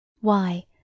Why